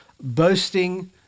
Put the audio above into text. boasting